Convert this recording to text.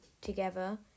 together